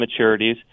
maturities